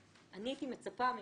אני הייתי מצפה מכם,